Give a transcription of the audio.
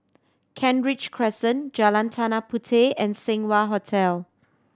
Kent Ridge Crescent Jalan Tanah Puteh and Seng Wah Hotel